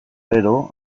gero